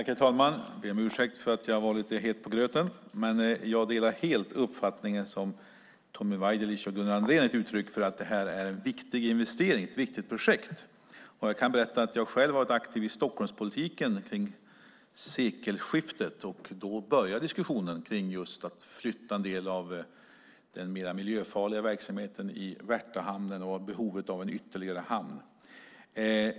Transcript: Herr talman! Jag ber om ursäkt för att jag var lite het på gröten tidigare. Jag delar helt den uppfattning som Tommy Waidelich och Gunnar Andrén ger uttryck för. Det är en viktig investering, ett viktigt projekt. Jag kan berätta att jag kring sekelskiftet var aktiv i Stockholmspolitiken, och då började diskussionen om att flytta en del av den mer miljöfarliga verksamheten i Värtahamnen och behovet av en ytterligare hamn.